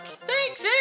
Thanks